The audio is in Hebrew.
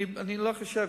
אני לא חושב.